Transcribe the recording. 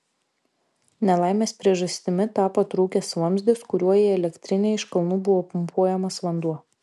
nelaimės priežastimi tapo trūkęs vamzdis kuriuo į elektrinę iš kalnų buvo pumpuojamas vanduo